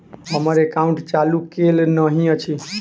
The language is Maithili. हम्मर एकाउंट चालू केल नहि अछि?